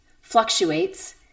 fluctuates